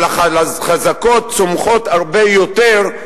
החזקות צומחות הרבה יותר,